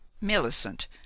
Millicent